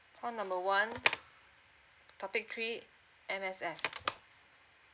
call number one topic three M_S_F